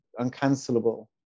uncancelable